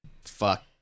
fuck